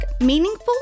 Meaningful